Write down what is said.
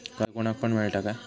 कर्ज कोणाक पण मेलता काय?